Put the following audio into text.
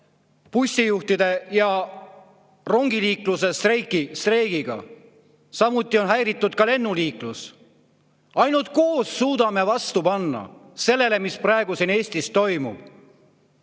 bussijuhtide ja rongi[juhtide] streigiga, samuti on häiritud lennuliiklus. Ainult koos suudame vastu panna sellele, mis praegu siin Eestis toimub.